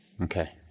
Okay